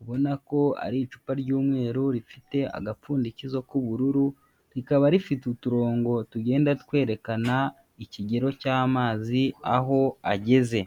ubona ko ari icupa ry'umweru rifite agapfundikizo k'ubururu, rikaba rifite uturongo tugenda twerekana ikigero cy'amazi aho ageze.